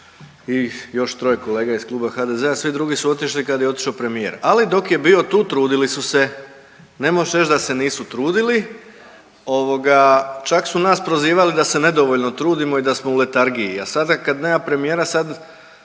i još troje kolega iz kluba HDZ-a, svi drugi su otišli dok je bio premijer. Ali dok je bio tu trudili su se, nemoš reć da se nisu trudili, čak su nas prozivali da se nedovoljno trudimo i da smo u letargiji, a sada kada nema premijera sad